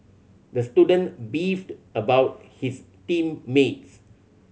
the student beefed about his team mates